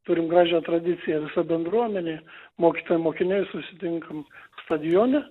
turim gražią tradiciją visa bendruomenė mokytojai mokiniai susitinkam stadione